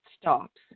stops